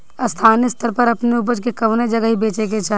स्थानीय स्तर पर अपने ऊपज के कवने जगही बेचे के चाही?